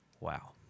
Wow